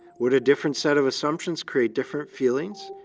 would a different set of assumptions create different feelings,